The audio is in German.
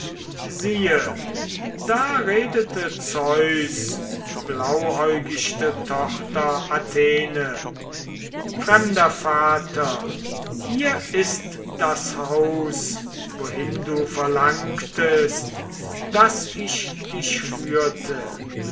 siehe da redete zeus blauäugichte tochter athene fremder vater hier ist das haus wohin du verlangtest daß ich dich führte